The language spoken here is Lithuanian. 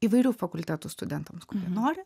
įvairių fakultetų studentams kurie nori